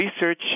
research